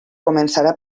començarà